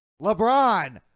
LeBron